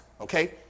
okay